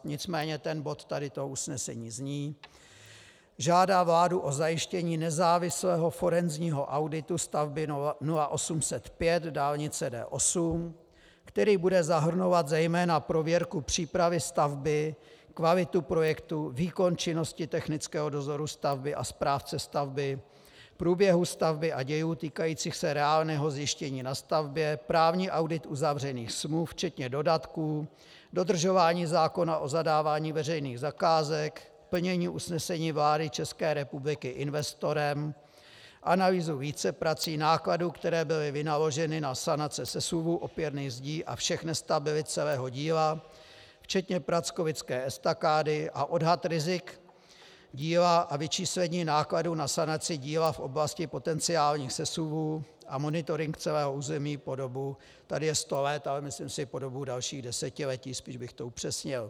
Nicméně ten bod tady, to usnesení zní: žádá vládu o zajištění nezávislého forenzního auditu stavby 0805 dálnice D8, který bude zahrnovat zejména prověrku přípravy stavby, kvalitu projektu, výkon činnosti technického dozoru stavby a správce stavby, průběhu stavby a dějů týkajících se reálného zjištění na stavbě, právní audit uzavřených smluv včetně dodatků, dodržování zákona o zadávání veřejných zakázek, plnění usnesení vlády České republiky investorem, analýzu víceprací, nákladů, které byly vynaloženy na sanace sesuvu, opěrných zdí a všech nestabilit celého díla včetně prackovické estakády, a odhad rizik díla a vyčíslení nákladů na sanaci díla v oblasti potenciálních sesuvů a monitoring celého území po dobu tady je 100 let, ale myslím si po dobu dalších desetiletí, spíše bych to upřesnil.